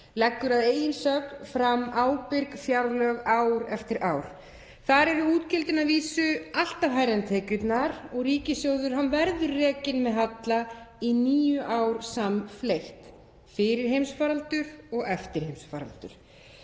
leggur að eigin sögn fram ábyrg fjárlög ár eftir ár. Þar eru útgjöldin að vísu alltaf hærri en tekjurnar og ríkissjóður verður rekinn með halla í níu ár samfleytt, fyrir heimsfaraldur og eftir heimsfaraldur.